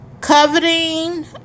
coveting